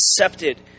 accepted